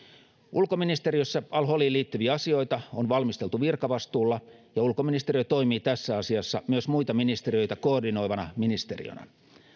ulkoministeriössä al holiin liittyviä asioita on valmisteltu virkavastuulla ja ulkoministeriö toimii tässä asiassa myös muita ministeriöitä koordinoivana ministeriönä